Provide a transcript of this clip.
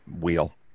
wheel